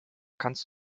kannst